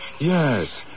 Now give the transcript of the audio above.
Yes